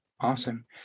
awesome